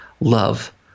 Love